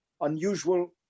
Unusual